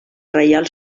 reial